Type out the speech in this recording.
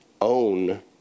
own